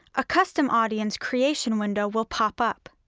a custom audience creation window will pop up.